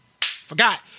Forgot